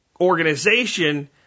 organization